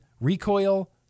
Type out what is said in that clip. recoil